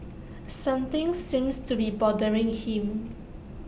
something seems to be bothering him